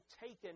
taken